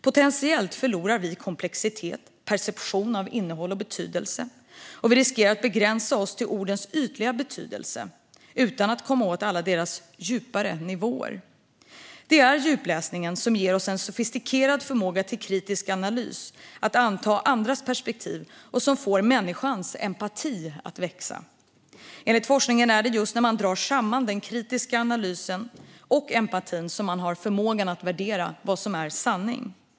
Potentiellt förlorar vi komplexitet och perception av innehåll och betydelse, och vi riskerar att begränsa oss till ordens ytliga betydelse utan att komma åt alla deras djupare nivåer. Det är djupläsningen som ger oss en sofistikerad förmåga till kritisk analys och förmågan att anta andras perspektiv och som får människans empati att växa. Enligt forskningen är det just när man drar samman den kritiska analysen och empatin som man har förmågan att värdera vad som är sanning.